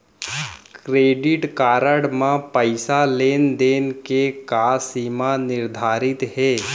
Credit card म पइसा लेन देन के का सीमा निर्धारित हे?